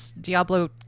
Diablo